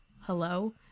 Hello